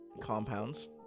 compounds